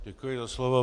Děkuji za slovo.